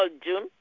June